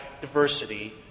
diversity